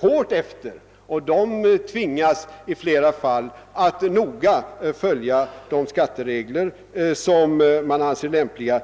hålls efter hårt och i flera fall tvingas att noga följa hårda skatteregler som respektive länder anser lämpliga.